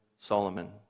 Solomon